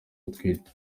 atwite